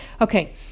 Okay